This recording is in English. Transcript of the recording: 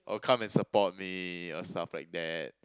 or come and support me or stuff like that